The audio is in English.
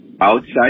outside